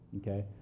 okay